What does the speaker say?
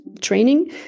training